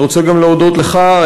אני גם רוצה להודות לך,